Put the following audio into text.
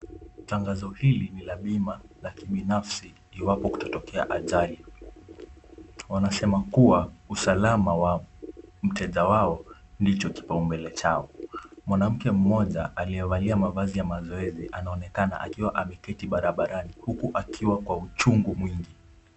Tangazo hili ni la bima la kibinafsi iwapo kutatokea ajali. Wanasema kuwa usalama wa wateja wao ndipo kipaumbele chao. Mwanamke mmoja aliyevalia mavazi ya mazoezi anaonekana akiwa ameketi barabarani, huku akiwa kwa uchungu mwingi.